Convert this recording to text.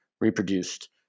reproduced